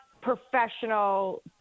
professional